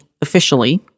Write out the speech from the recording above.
officially